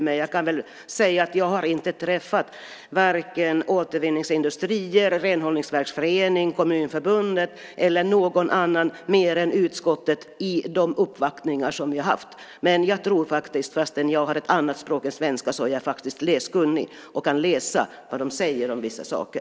Men jag kan säga att jag inte träffat vare sig Återvinningsindustrierna, Renhållningsverksföreningen, Kommunförbundet eller någon annan mer än utskottet i de uppvaktningar som vi har haft. Jag är faktiskt, fastän jag har ett annat modersmål än svenska, läskunnig och kan läsa vad de säger om vissa saker.